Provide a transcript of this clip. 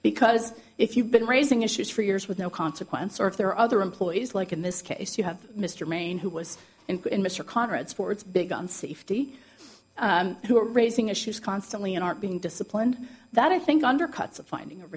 because if you've been raising issues for years with no consequence or if there are other employees like in this case you have mr main who was in mr conrad sports big gun safety who are raising issues constantly and aren't being disciplined that i think undercuts a finding of